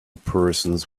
persons